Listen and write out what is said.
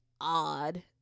odd